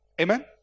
Amen